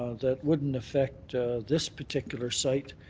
ah that wouldn't affect this particular site,